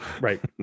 Right